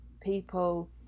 people